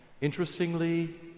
Interestingly